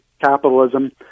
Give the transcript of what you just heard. capitalism